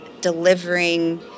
delivering